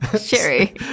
Sherry